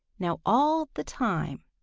now all the time,